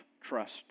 trust